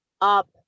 up